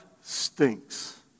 stinks